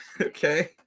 Okay